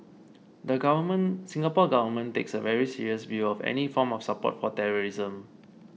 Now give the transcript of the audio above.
the government Singapore Government takes a very serious view of any form of support for terrorism